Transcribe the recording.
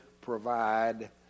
provide